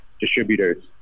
distributors